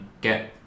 get